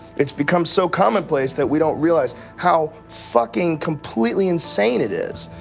it's become so commonplace, that we don't realize how fucking completely insane it is!